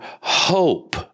hope